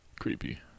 creepy